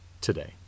today